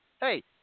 hey